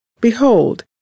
Behold